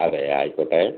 അതെ ആയിക്കോട്ടെ